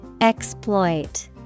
Exploit